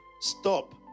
Stop